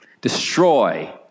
Destroy